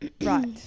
Right